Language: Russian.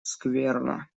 скверно